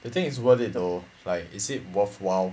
you think is worth it though like is it worthwhile